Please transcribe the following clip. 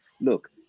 Look